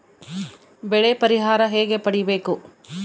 ಬೆಳೆ ಪರಿಹಾರ ಹೇಗೆ ಪಡಿಬೇಕು?